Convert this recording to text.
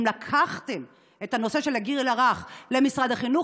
אם לקחתם את הנושא של הגיל הרך למשרד החינוך,